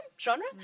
genre